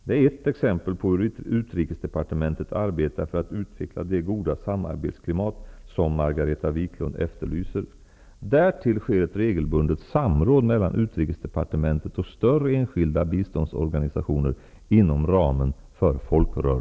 Det är ett exempel på hur Utrikesdepartementet arbetar för att utveckla det goda samarbetsklimat som Därtill sker ett regelbundet samråd mellan Utrikesdepartementet och större enskilda biståndsorganisationer inom ramen för